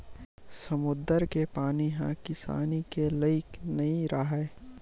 समुद्दर के पानी ह किसानी के लइक नइ राहय